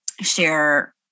share